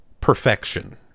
perfection